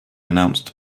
announced